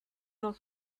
not